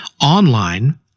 online